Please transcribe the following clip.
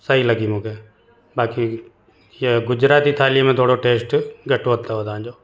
सई लॻी मूंखे बाक़ी इअ गुजराती थाली में थोरो टेस्ट घटि वधि अथव तव्हांजो